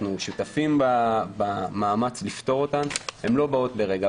אנחנו שותפים למאמץ לפתור אותן הן לא באות ברגע.